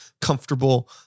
comfortable